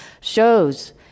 shows